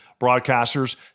broadcasters